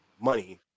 money